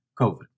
COVID